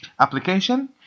application